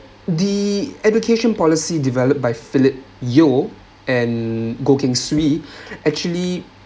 the education policy developed by philip yeo and goh keng swee actually